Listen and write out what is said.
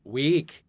week